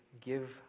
give